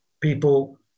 people